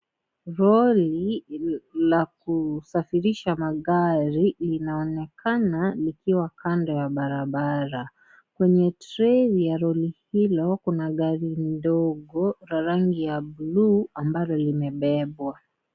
Lori la kusafirisha magari linaonekana likiwa kando ya barabara kwenye treli ya lori hilo kuna gari ndogo ya rangi ya bluu ambalo limebebwa.